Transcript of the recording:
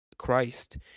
christ